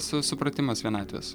su supratimas vienatvės